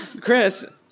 Chris